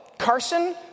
Carson